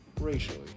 racially